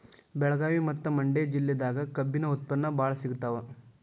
ಬೆಳಗಾವಿ ಮತ್ತ ಮಂಡ್ಯಾ ಜಿಲ್ಲೆದಾಗ ಕಬ್ಬಿನ ಉತ್ಪನ್ನ ಬಾಳ ಸಿಗತಾವ